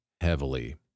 heavily